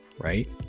right